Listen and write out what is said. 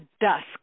dusk